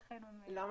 ולכן הוא --- לא,